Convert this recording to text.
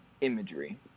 imagery